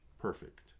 perfect